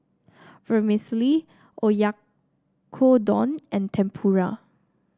Vermicelli Oyakodon and Tempura